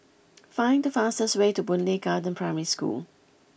find the fastest way to Boon Lay Garden Primary School